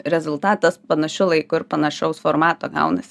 rezultatas panašiu laiku ir panašaus formato gaunasi